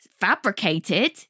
fabricated